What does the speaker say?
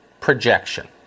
projection